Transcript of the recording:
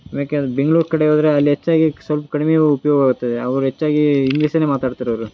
ಆಮ್ಯಾಕೆ ಅದು ಬೆಂಗ್ಳೂರು ಕಡೆ ಹೋದ್ರೆ ಅಲ್ಲಿ ಹೆಚ್ಚಾಗಿ ಸಲ್ಪ ಕಡಿಮೆ ಉಪಯೋಗ ಆಗುತ್ತದೆ ಅವ್ರು ಹೆಚ್ಚಾಗಿ ಇಂಗ್ಲೀಷನ್ನೇ ಮಾತಾಡ್ತರೆ ಅವರು